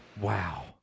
Wow